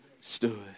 stood